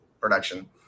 production